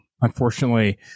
unfortunately